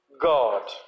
God